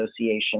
Association